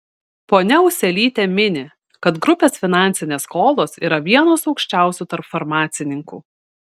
ponia ūselytė mini kad grupės finansinės skolos yra vienos aukščiausių tarp farmacininkų